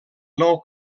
nou